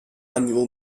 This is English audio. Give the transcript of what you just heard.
annual